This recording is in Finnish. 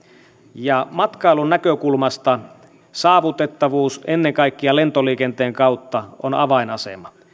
ja matkailun näkökulmasta saavutettavuus ennen kaikkea lentoliikenteen kautta on avainasemassa